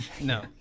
No